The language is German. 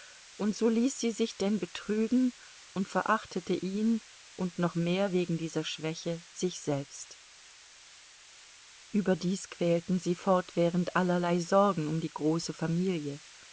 und so ließ sie sich denn betrügen und verachtete ihn und noch mehr wegen dieser schwäche sich selbst überdies quälten sie fortwährend allerlei sorgen um die große familie